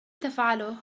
تفعله